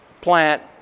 plant